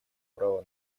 права